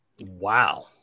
Wow